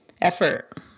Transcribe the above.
effort